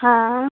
हँ